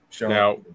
Now